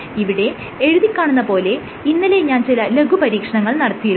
ഇവിടെ എഴുതി കാണുന്ന പോലെ ഇന്നലെ ഞാൻ ചില ലഘു പരീക്ഷണങ്ങൾ നടത്തിയിരുന്നു